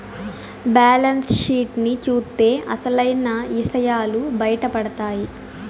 balance sheet ని చూత్తే అసలైన ఇసయాలు బయటపడతాయి